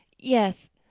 yes.